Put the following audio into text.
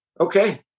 Okay